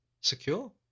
secure